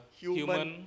human